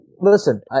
listen